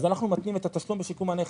אנחנו מתנים את התשלום בשיקום הנכס.